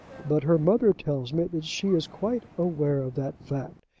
but her mother tells me that she is quite aware of that fact.